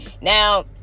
now